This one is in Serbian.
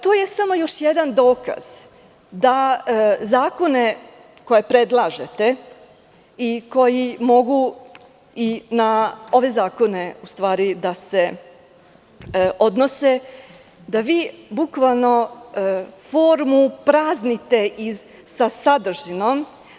To je samo još jedan dokaz da zakone koje predlažete i koji mogu i na ove zakone da se odnose, da vi bukvalno formu praznite sa sadržinom.